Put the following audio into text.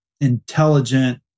intelligent